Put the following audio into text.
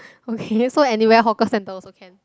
okay so anywhere hawker center also can